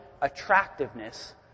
attractiveness